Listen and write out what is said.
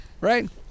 right